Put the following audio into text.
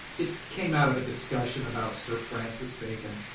it came out of a discussion about sir francis bacon.